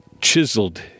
chiseled